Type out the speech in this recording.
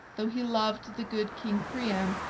though he loved the good king priam,